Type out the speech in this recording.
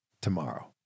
tomorrow